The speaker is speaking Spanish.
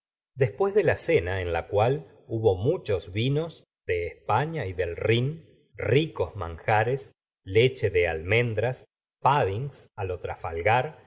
después de la cena en la cual hubo muchos vinos de españa y del rhin ricos manjares leche de almendras puddings lo trafalgar